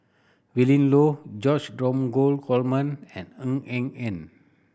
Willin Low George Dromgold Coleman and Ng Eng Hen